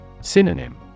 Synonym